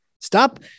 Stop